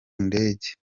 ndege